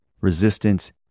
Resistance